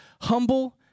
humble